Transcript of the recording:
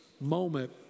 moment